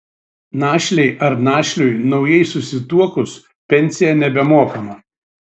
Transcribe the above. našlei ar našliui naujai susituokus pensija nebemokama